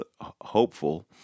hopeful